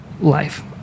life